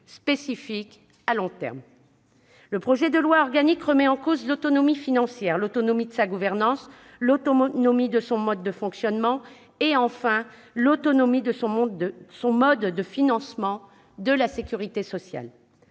spécifique à long terme. Le projet de loi organique remet en cause l'autonomie financière de la sécurité sociale, l'autonomie de sa gouvernance, l'autonomie de son mode de fonctionnement et enfin l'autonomie de son mode de financement. Le Gouvernement remet